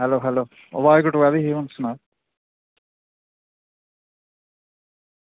hello hello आवाज़ कटोआ दी ही हून सनाओ